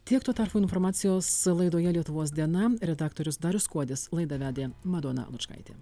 tiek tuo tarpu informacijos laidoje lietuvos diena redaktorius darius kuodis laidą vedė madona lučkaitė